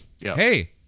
hey